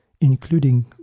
including